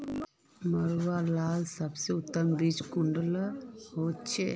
मरुआ लार सबसे उत्तम बीज कुंडा होचए?